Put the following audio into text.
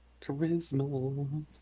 Charisma